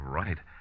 Right